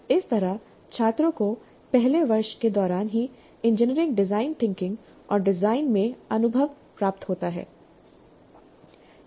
इस तरह छात्रों को पहले वर्ष के दौरान ही इंजीनियरिंग डिजाइन थिंकिंग और डिजाइन में अनुभव प्राप्त होता है